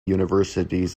universities